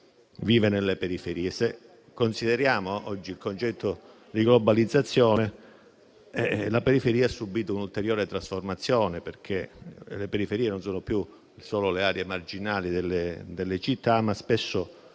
vive nelle periferie. Se consideriamo oggi il concetto di globalizzazione, la periferia ha subito un'ulteriore trasformazione. Infatti le periferie non sono più solo le aree marginali delle città, ma spesso